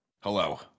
Hello